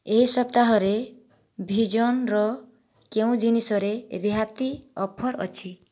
ଏହି ସପ୍ତାହରେ ଭିଜନ୍ର କେଉଁ ଜିନିଷରେ ରିହାତି ଅଫର୍ ଅଛି